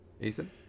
Ethan